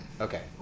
Okay